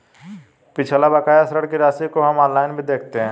पिछला बकाया ऋण की राशि को हम ऑनलाइन भी देखता